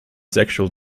sexual